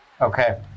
Okay